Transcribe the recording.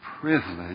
privilege